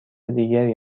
دیگری